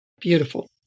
Beautiful